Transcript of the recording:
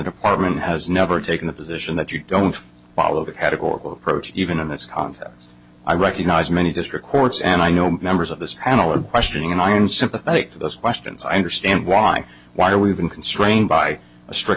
department has never taken the position that you don't follow that had a horrible approach even in this context i recognise many district courts and i know members of this analytic questioning and i am sympathetic to those questions i understand why why are we even constrained by a strict